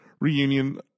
reunion